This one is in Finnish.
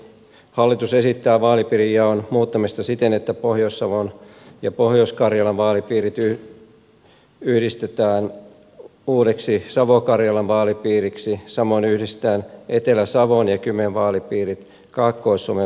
hallitus esittää vaalipiirijaon muuttamista siten että pohjois savon ja pohjois karjalan vaalipiirit yhdistetään uudeksi savo karjalan vaalipiiriksi samoin yhdistetään etelä savon ja kymen vaalipiirit kaakkois suomen vaalipiiriksi